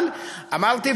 אבל אמרתי,